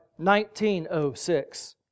1906